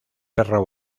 perro